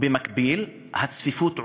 במקביל הצפיפות עולה,